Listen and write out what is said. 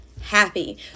happy